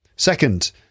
Second